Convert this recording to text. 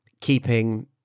keeping